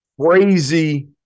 crazy